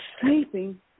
sleeping